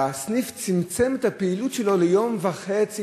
והסניף צמצם את הפעילות שלו ליום וחצי